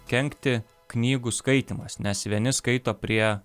kenkti knygų skaitymas nes vieni skaito prie